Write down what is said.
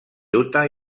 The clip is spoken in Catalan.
utah